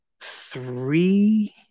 three